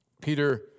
Peter